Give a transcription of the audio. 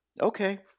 Okay